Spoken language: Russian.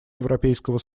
европейского